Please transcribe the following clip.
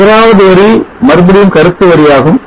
முதலாவது வரி மறுபடியும் கருத்து வரியாகும்